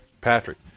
Patrick